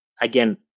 again